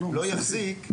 "לא יחזיק",